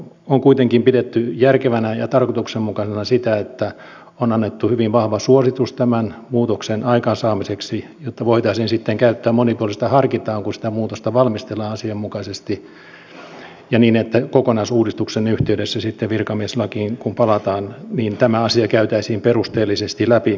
on kuitenkin pidetty järkevänä ja tarkoituksenmukaisena sitä että on annettu hyvin vahva suositus tämän muutoksen aikaansaamiseksi jotta voitaisiin sitten käyttää monipuolista harkintaa kun sitä muutosta valmistellaan asianmukaisesti ja että kun kokonaisuudistuksen yhteydessä sitten virkamieslakiin palataan niin tämä asia käytäisiin perusteellisesti läpi